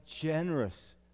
generous